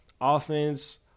offense